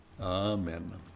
Amen